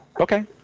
Okay